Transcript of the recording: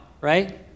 right